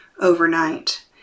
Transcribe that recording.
overnight